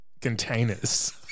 Containers